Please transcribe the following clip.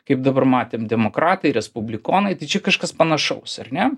kaip dabar matėm demokratai respublikonai tai čia kažkas panašaus ar ne